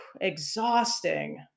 exhausting